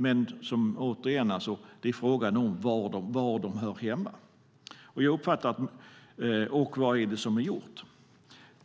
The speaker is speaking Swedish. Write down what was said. Men frågan är återigen var de hör hemma och vad som är gjort.